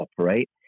operate